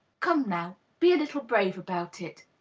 come, now be a little brave about it,